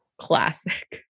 Classic